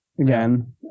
again